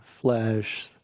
flesh